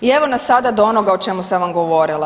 I evo nas sada do onoga o čemu sam vam govorila.